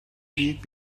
büyük